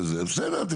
אז בסדר,